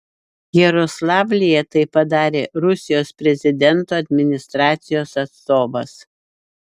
jaroslavlyje tai padarė rusijos prezidento administracijos atstovas